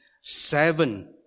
seven